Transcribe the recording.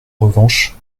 revanche